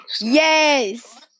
Yes